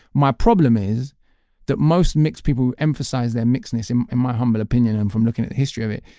my problem is that most mixed people who emphasise their mixed-ness in in my humble opinion, and from looking at history of it,